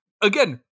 Again